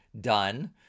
done